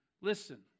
listen